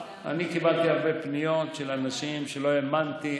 אני קיבלתי הרבה פניות של אנשים שלא האמנתי,